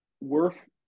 worth